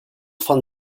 von